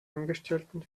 angestellten